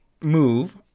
move